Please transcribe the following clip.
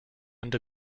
and